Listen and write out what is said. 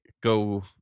go